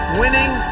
winning